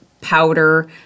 powder